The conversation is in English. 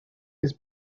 his